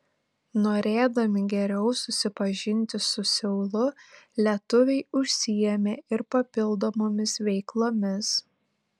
norėdami geriau susipažinti su seulu lietuviai užsiėmė ir papildomomis veiklomis